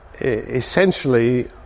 essentially